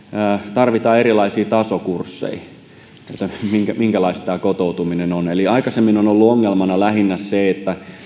tarvitaan erilaisia tasokursseja sen suhteen minkälaista tämä kotoutuminen on eli aikaisemmin on ollut ongelmana lähinnä se että